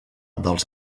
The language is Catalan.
dels